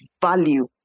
value